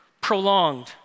prolonged